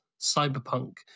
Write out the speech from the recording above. cyberpunk